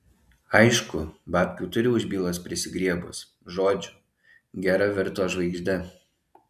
aišku babkių turi už bylas prisigriebus žodžiu gera virto žvaigžde